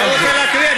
אני לא רוצה להקריא.